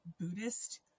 buddhist